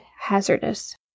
hazardous